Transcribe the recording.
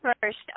first